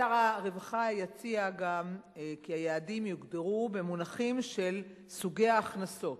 שר הרווחה יציע גם כי היעדים יוגדרו במונחים של סוגי ההכנסות: